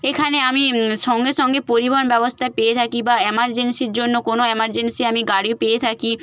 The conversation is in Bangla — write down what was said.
এখানে আমি সঙ্গে সঙ্গে পরিবহণ ব্যবস্থা পেয়ে থাকি বা এমারজেন্সির জন্য কোনো এমারজেন্সি আমি গাড়ি পেয়ে থাকি